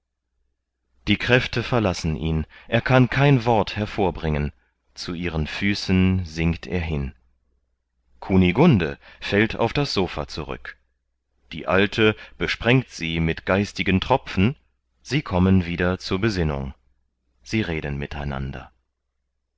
die kräfte verlassen ihn er kann kein wort hervorbringen zu ihren füßen sinkt er hin kunigunde fällt auf das sopha zurück die alte besprengt sie mit geistigen tropfen sie kommen wieder zur besinnung sie reden